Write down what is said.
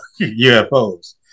UFOs